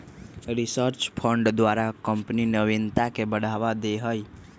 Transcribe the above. research fund द्वारा company नविनता के बढ़ावा दे हइ